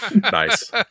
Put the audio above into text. Nice